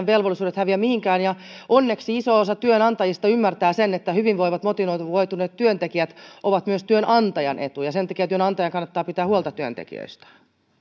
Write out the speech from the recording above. velvollisuudet häviä mihinkään ja onneksi iso osa työnantajista ymmärtää sen että hyvinvoivat motivoituneet työntekijät ovat myös työnantajan etu ja sen takia työnantajan kannattaa pitää huolta työntekijöistään